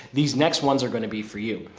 these next ones are going to be for you.